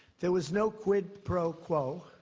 there was no quid pro quo.